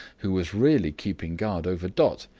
who was really keeping guard over dot,